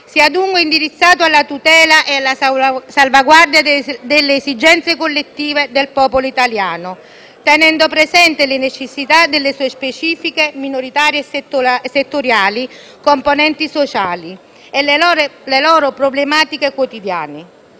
sia dunque indirizzato alla tutela e alla salvaguardia delle esigenze collettive del popolo italiano, tenendo presente le necessità delle sue specifiche, minoritarie e settoriali componenti sociali e le loro problematiche quotidiane.